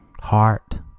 Heart